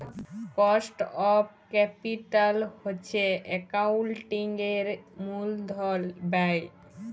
cost of capital হছে একাউল্টিংয়ের মূলধল ব্যায়